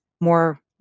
more